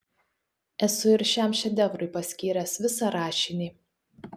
esu ir šiam šedevrui paskyręs visą rašinį